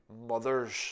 mothers